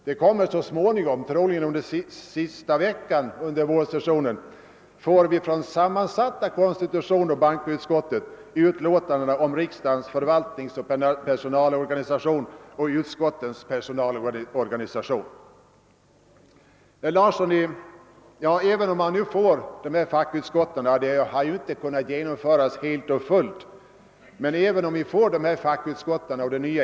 Vi kommer så småningom, troligen under vårsessionens sista vecka, att från sammansatta konstitutionsoch bankoutskottet få utlåtandena om riksdagens förvaltningsoch personalorganisation och om utskottens personalorganisation. Även när den nya indelningen i fackutskott genomföres, tror jag inte att kollisioner helt kan undvikas ens i fortsättningen.